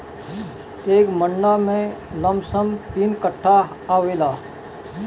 एक मंडा में लमसम तीन कट्ठा आवेला